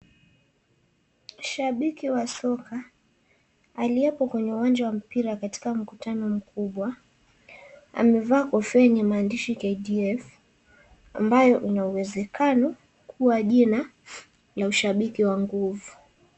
Shabiki wa soka aliyepo kwenye uwanja wa mpira katika mkutano mkubwa, amevaa kofia maandishi KDF, ambayo ina uwezekano kuwa jina la ushabiki wa nguvu.